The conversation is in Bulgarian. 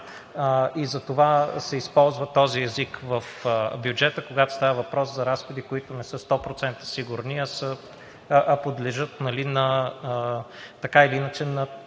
и затова се използва този език в бюджета, когато става въпрос за разходи, които не са 100% сигурни, а подлежат така или иначе на